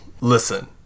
Listen